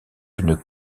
une